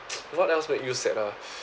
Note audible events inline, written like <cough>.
<noise> what else make you sad ah